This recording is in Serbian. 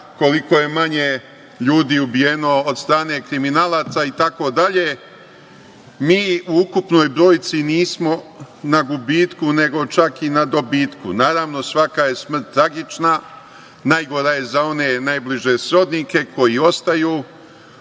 koliko je manje ljudi ubijeno od strane kriminalaca i tako dalje, mi u ukupnoj brojci nismo na gubitku nego čak i na dobitku. Naravno, svaka je smrt tragična, najgora je za one najbliže srodnike koji ostaju.